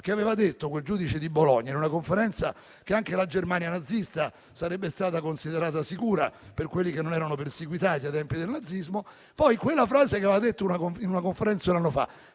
che aveva detto in una conferenza che anche la Germania nazista sarebbe stata considerata sicura per quelli che non erano perseguitati ai tempi del nazismo. Poi quella frase che aveva pronunciato in una conferenza un anno fa